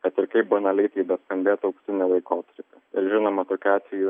kad ir kaip banaliai tai beskambėtų auksinį laikotarpį žinoma tokiu atveju